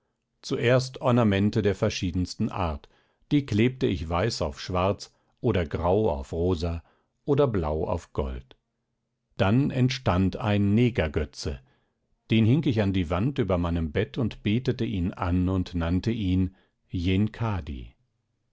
zuerst ornamente der verschiedensten art die klebte ich weiß auf schwarz oder grau auf rosa oder blau auf gold dann entstand ein negergötze den hing ich an die wand über meinem bett und betete ihn an und nannte ihn